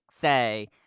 say